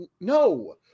no